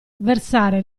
versare